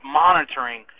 monitoring